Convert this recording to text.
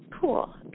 Cool